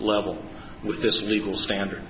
level with this legal standard